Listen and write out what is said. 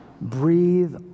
Breathe